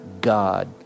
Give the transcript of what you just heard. God